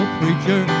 preacher